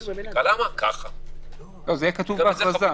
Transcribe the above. זה יהיה כתוב בהכרזה.